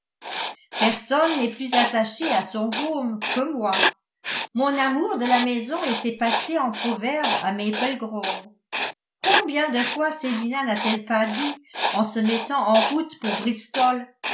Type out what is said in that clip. personne n'est plus attaché à son home que moi mon amour de la maison était passé en proverbe à maple grove combien de fois célina n'a-t-elle pas dit en se mettant en route pour bristol